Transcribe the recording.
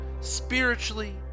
spiritually